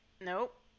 Nope